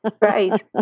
right